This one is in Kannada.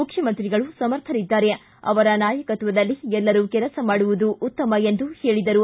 ಮುಖ್ಯಮಂತ್ರಿಗಳು ಸಮರ್ಥರಿದ್ದಾರೆ ಅವರ ನಾಯಕತ್ವದಲ್ಲಿ ಎಲ್ಲರೂ ಕೆಲಸ ಮಾಡುವುದು ಉತ್ತಮ ಎಂದು ಹೇಳಿದರು